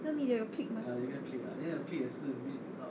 then 你的有 clique mah